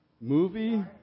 Movie